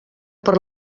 per